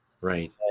Right